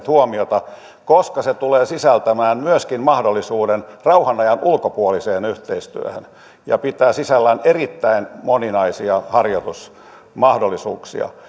huomiota koska se tulee sisältämään myöskin mahdollisuuden rauhan ajan ulkopuoliseen yhteistyöhön ja pitää sisällään erittäin moninaisia harjoitusmahdollisuuksia